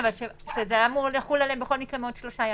אבל זה היה אמור לחול עליהם בכל מקרה בעוד שלושה ימים.